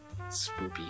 spoopy